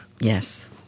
Yes